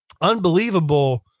Unbelievable